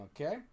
Okay